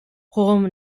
hohem